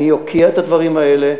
אני אוקיע את הדברים האלה,